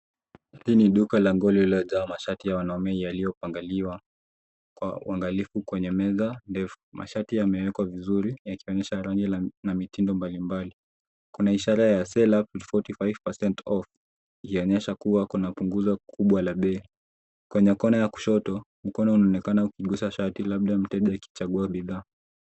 Huku ni duka la nguo lililojaa mashati ya wanaume yaliyopangaliwa kwa uangalifu kwenye meza ndefu. Mashati yamewekwa vizuri yakionyesha rangi na mitindo mbalimbali. Kuna ishara ya sale up to 45% off ikionyesha kuwa kupunguza kukubwa la bei. Kwenye kona ya kushoto, mkono unaonekana ukiguza shati labda mteja akichagua bidhaa.